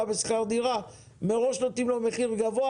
בשכר דירה ומראש נותנים לו מחיר גבוה